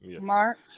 Mark